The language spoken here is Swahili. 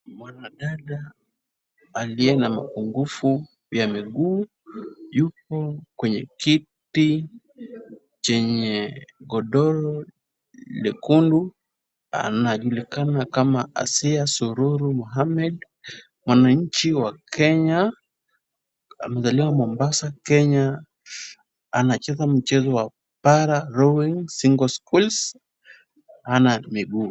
Mwanadada aliye na upungufu wa miguu, yupo kwenye kiti chenye godoro nyekundu. Anajulikana kama Asiya Sururu Muhammed. Mwananchi wa Kenya, amezaliwa Mombasa Kenya. Anacheza mchezo wa Pararolling Single Space, hana miguu.